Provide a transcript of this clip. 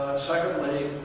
secondly,